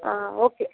ஆ okay